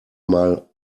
mal